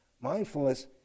Mindfulness